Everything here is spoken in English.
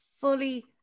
fully